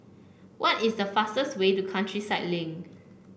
what is the fastest way to Countryside Link